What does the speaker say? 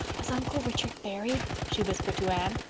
was uncle richard buried? she whispered to anne.